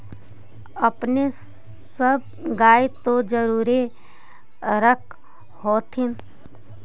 अपने सब गाय तो जरुरे रख होत्थिन?